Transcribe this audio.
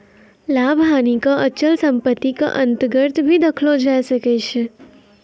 लाभ हानि क अचल सम्पत्ति क अन्तर्गत भी देखलो जाय सकै छै